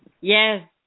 Yes